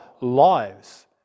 lives